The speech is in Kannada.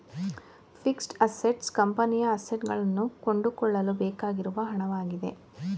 ಫಿಕ್ಸಡ್ ಅಸೆಟ್ಸ್ ಕಂಪನಿಯ ಅಸೆಟ್ಸ್ ಗಳನ್ನು ಕೊಂಡುಕೊಳ್ಳಲು ಬೇಕಾಗಿರುವ ಹಣವಾಗಿದೆ